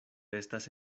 estas